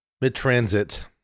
mid-transit